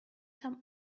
some